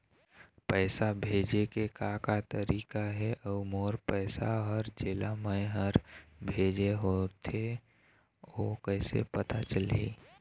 पैसा भेजे के का का तरीका हे अऊ मोर पैसा हर जेला मैं हर भेजे होथे ओ कैसे पता चलही?